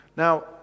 Now